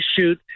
shoot